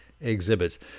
Exhibits